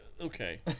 okay